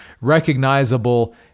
recognizable